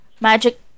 Magic